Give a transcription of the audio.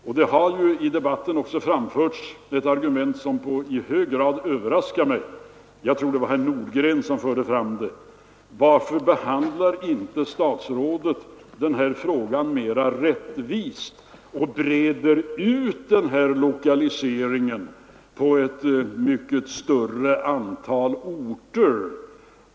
Samtidigt har det i debatten också framförts det argumentet som i hög grad överraskar mig — jag tror det var herr Nordgren som förde fram det: Varför behandlar inte statsrådet denna fråga mera rättvist och breder ut den här lokaliseringen på ett mycket större antal orter?